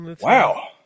Wow